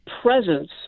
presence